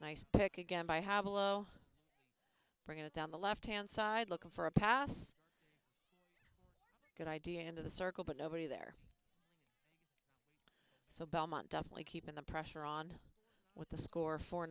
nice pick again by have a low bring it down the left hand side looking for a pass good idea into the circle but nobody there so belmont definitely keeping the pressure on with the score for